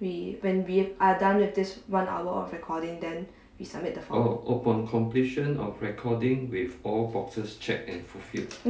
we when we are done with this one hour of recording then we submit the form